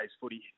footy